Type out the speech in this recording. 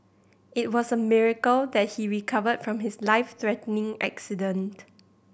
it was a miracle that he recovered from his life threatening accident